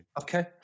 Okay